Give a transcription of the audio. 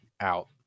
out